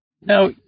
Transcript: Now